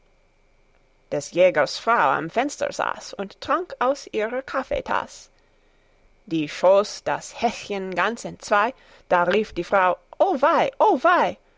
des jägers frau am fenster saß und trank aus ihrer kaffeetaß die schoß das häschen ganz entzwei da rief die frau o wei o